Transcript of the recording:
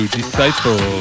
Disciple